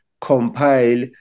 compile